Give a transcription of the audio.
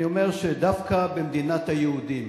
אני אומר שדווקא במדינת היהודים,